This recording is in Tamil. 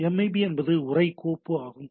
எம்ஐபி என்பது உரை கோப்பு ஆகும்